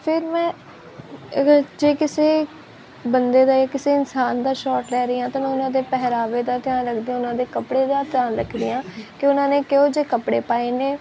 ਫਿਰ ਮੈਂ ਇਹਦੇ ਜੇ ਕਿਸੇ ਬੰਦੇ ਦਾ ਇਹ ਕਿਸੇ ਇਨਸਾਨ ਦਾ ਸ਼ਾਰਟ ਲੈ ਰਹੀ ਹਾਂ ਤਾਂ ਉਹਨਾਂ ਦੇ ਪਹਿਰਾਵੇ ਦਾ ਧਿਆਨ ਰੱਖਦੀ ਹਾਂ ਉਹਨਾਂ ਦੇ ਕੱਪੜੇ ਦਾ ਧਿਆਨ ਰੱਖਦੇ ਹਾਂ ਕਿ ਉਹਨਾਂ ਨੇ ਕਿਹੋ ਜਿਹੇ ਕੱਪੜੇ ਪਾਏ ਨੇ